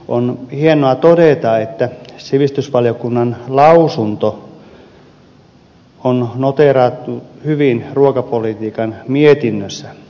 on hienoa todeta että sivistysvaliokunnan lausunto on noteerattu hyvin ruokapolitiikan mietinnössä